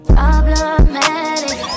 Problematic